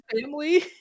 family